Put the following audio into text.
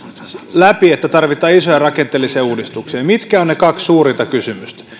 läpi että tarvitaan isoja rakenteellisia uudistuksia niin mitkä ovat ne kaksi suurinta kysymystä